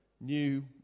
new